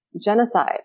genocide